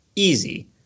easy